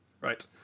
Right